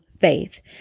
faith